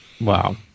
Wow